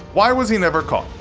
why was he never caught?